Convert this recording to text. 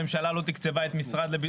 הממשלה לא תקצבה את המשרד.